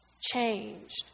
changed